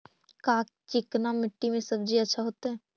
का चिकना मट्टी में सब्जी अच्छा होतै?